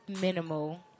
minimal